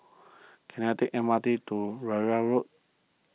can I take M R T to Rowell Road